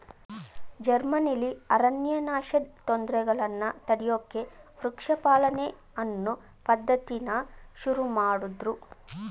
ಜರ್ಮನಿಲಿ ಅರಣ್ಯನಾಶದ್ ತೊಂದ್ರೆಗಳನ್ನ ತಡ್ಯೋಕೆ ವೃಕ್ಷ ಪಾಲನೆ ಅನ್ನೋ ಪದ್ಧತಿನ ಶುರುಮಾಡುದ್ರು